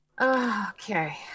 okay